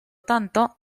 tanto